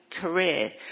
career